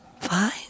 fine